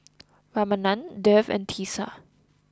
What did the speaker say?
Ramanand Dev and Teesta